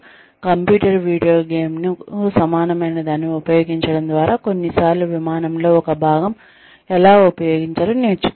computer video గేమ్కు సమానమైనదాన్ని ఉపయోగించడం ద్వారా కొన్నిసార్లు విమానం లో ఒక భాగం ఎలా ఉపాయించాలో నేర్చుకోవచ్చు